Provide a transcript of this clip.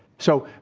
so,